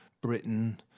Britain